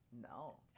no